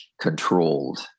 controlled